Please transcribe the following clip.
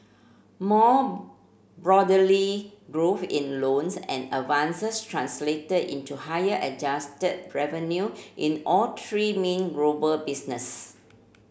more broadly growth in loans and advances translated into higher adjusted revenue in all three main global business